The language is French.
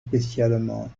spécialement